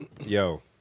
Yo